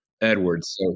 Edwards